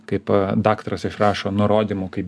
kaip daktaras išrašo nurodymų kai